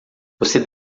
você